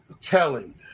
telling